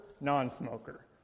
non-smoker